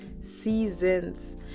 Seasons